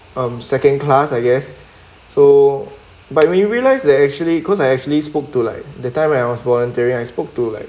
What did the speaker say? um second class I guess so but we realized that actually cause I actually spoke to like that time when I was volunteering I spoke to like